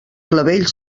clavell